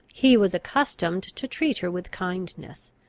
he was accustomed to treat her with kindness.